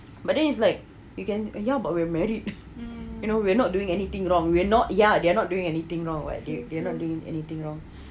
but then is like you can ya we are married you know we are not dong anything wrong we are not ya they are not doing anything wrong what they are not doing anything wrong